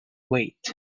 wait